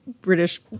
British